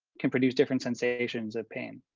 can produce different sensations of pain?